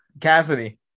Cassidy